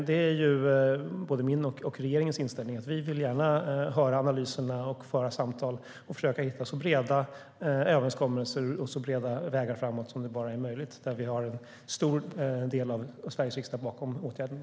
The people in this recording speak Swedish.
Det är både min och regeringens inställning att vi gärna vill höra analyserna, föra samtal och försöka hitta så breda överenskommelser och så breda vägar framåt som det bara är möjligt, där vi har en stor del av Sveriges riksdag bakom åtgärderna.